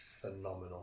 phenomenal